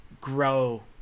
grow